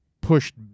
pushed